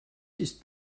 ist